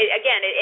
again